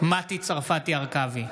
מטי צרפתי הרכבי,